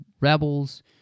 Rebels